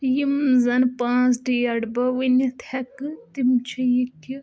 یِم زَن پانٛژھ ڈیٹ بہٕ ؤنِتھ ہیٚکہٕ تِم چھِ یہِ کہِ